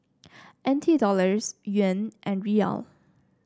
N T Dollars Yuan and Riyal